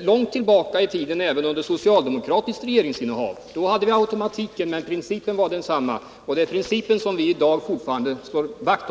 långt tillbaka i tiden, även under socialdemokratiskt regeringsinnehav. Då fanns en automatik, men principen var densamma, och det är principen som vi i dag fortfarande slår vakt om.